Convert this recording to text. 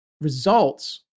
results